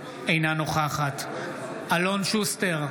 אינה נוכחת אלון שוסטר,